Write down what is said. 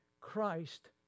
Christ